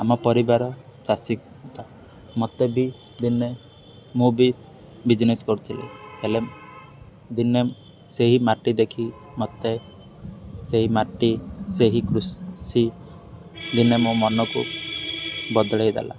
ଆମ ପରିବାର ଚାଷୀ କଥା ମୋତେ ବି ଦିନେ ମୁଁ ବି ବିଜିନେସ୍ କରୁଥିଲି ହେଲେ ଦିନେ ସେହି ମାଟି ଦେଖି ମୋତେ ସେହି ମାଟି ସେହି କୃଷି ଦିନେ ମୋ ମନକୁ ବଦଳେଇ ଦେଲା